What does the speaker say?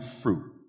fruit